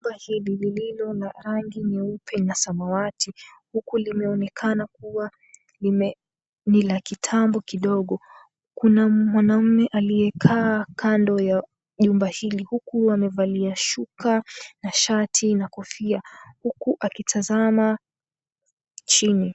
Jumba hilo lililo na rangi nyeupe na samawati, huku limeonekana kuwa ni la kitambo kidogo. Kuna mwanamume aliyekaa kando ya jumba hili, huku wamevalia shuka na shati na kofia. Huku akitazama chini.